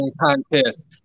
contest